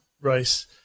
race